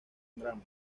drama